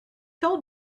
told